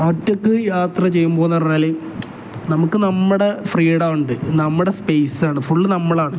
ഒറ്റക്ക് യാത്ര ചെയ്യുമ്പോൾ എന്ന് പറഞ്ഞാൽ നമുക്ക് നമ്മുടെ ഫ്രീഡ ഉണ്ട് നമ്മുടെ സ്പേസ് ആണ് ഫുള്ള് നമ്മളാണ്